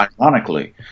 Ironically